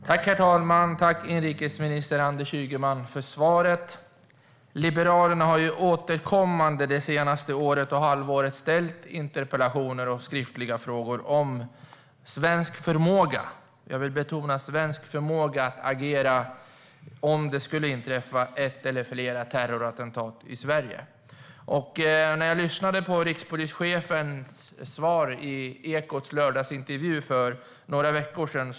Herr talman! Tack, inrikesminister Anders Ygeman, för svaret! Liberalerna har återkommande det senaste året och halvåret ställt interpellationer och skriftliga frågor om svensk förmåga - jag vill betona svensk förmåga - att agera om det skulle inträffa ett eller flera terrorattentat i Sverige. Jag lyssnade på rikspolischefens svar i Ekots lördagsintervju för några veckor sedan.